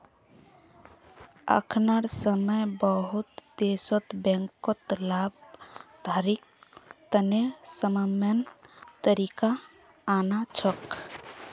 अखनार समय बहुत देशत बैंकत लाभार्थी तने यममन तरीका आना छोक